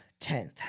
10th